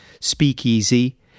Speakeasy